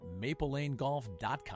maplelanegolf.com